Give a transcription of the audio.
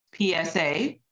PSA